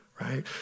right